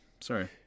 Sorry